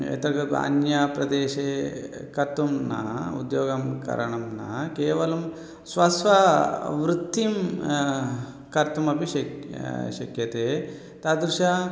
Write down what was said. एतत् अन्यप्रदेशे कर्तुं न उद्योगकरणं न केवलं स्वस्ववृत्तिं कर्तुमपि शक्यं शक्यते तादृशं